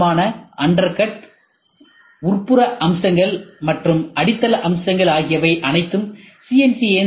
எனவே ஆழமான அண்டர்கட் உட்புற அம்சங்கள் மற்றும் அடித்தள அம்சங்கள் ஆகியவை அனைத்தும் சி